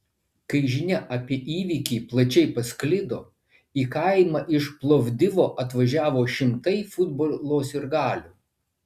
kai žinia apie įvykį plačiai pasklido į kaimą iš plovdivo atvažiavo šimtai futbolo sirgalių